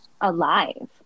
alive